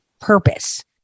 purpose